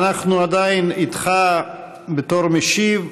ואנחנו עדיין איתך בתור משיב.